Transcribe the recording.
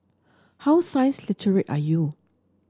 how science literate are you